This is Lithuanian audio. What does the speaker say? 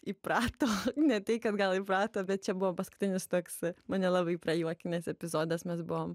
įprato ne tai kad gal įprato bet čia buvo paskutinis toks mane labai prajuokinęs epizodas mes buvom